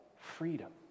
freedom